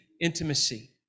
intimacy